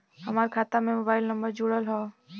हमार खाता में मोबाइल नम्बर जुड़ल हो?